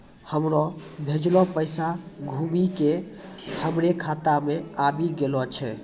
हमरो भेजलो पैसा घुमि के हमरे खाता मे आबि गेलो छै